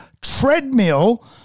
treadmill